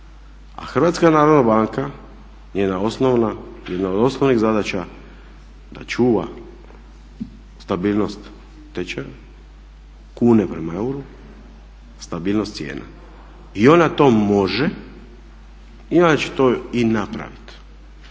A HNB, njena osnovna, jedna od osnovnih zadaća, je da čuva stabilnost tečaja, kune prema euru i stabilnost cijena. I ona to može i ona će to i napraviti.